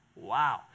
Wow